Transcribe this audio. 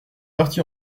parti